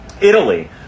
Italy